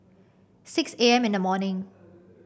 six A M in the morning